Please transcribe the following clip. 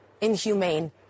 inhumane